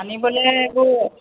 আনিবলৈ এইবোৰ